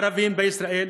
ערבים בישראל